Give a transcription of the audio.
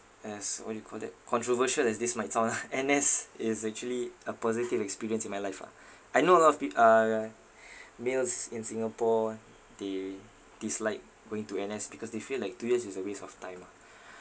as what do you call that controversial as this might sound ah N_S is actually a positive experience in my life ah I know a lot of peop~ uh uh males in singapore they dislike going to N_S because they feel like two years is a waste of time ah